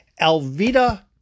Alvita